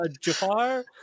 Jafar